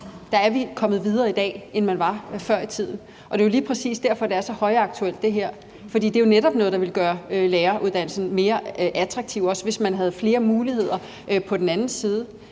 Der er vi kommet videre i dag, end man var før i tiden. Det er jo lige præcis derfor, det her er så højaktuelt, for det er netop noget, der ville gøre læreruddannelsen mere attraktiv, at man havde flere muligheder på den anden side.